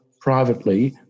privately